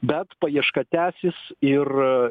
bet paieška tęsis ir